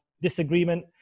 disagreement